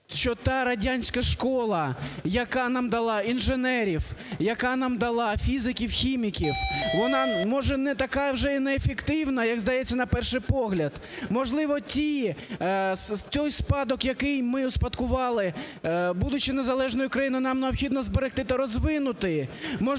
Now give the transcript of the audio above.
та радянська школа, яка нам дала інженерів, яка нам дала фізиків, хіміків, вона, може, не така вже неефективна, як здається на перший погляд? Можливо, той спадок, який ми успадкували, будучи незалежною країною, нам необхідно зберегти та розвинути?